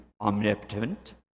omnipotent